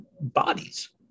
bodies